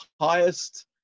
highest